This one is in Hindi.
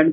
हैं